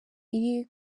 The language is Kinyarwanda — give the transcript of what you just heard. iri